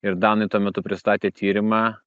ir danai tuo metu pristatė tyrimą